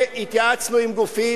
התייעצנו עם גופים,